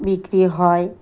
বিক্রি হয়